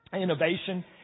innovation